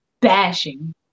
bashing